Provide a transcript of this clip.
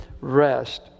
rest